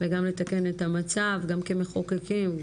וגם לתקן את המצב גם כמחוקקים,